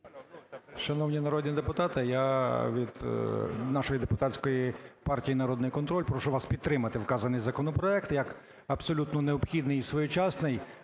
Шановні народні депутати, я від нашої депутатської партії "Народний контроль" прошу вас підтримати вказаний законопроект як абсолютно необхідний і своєчасний,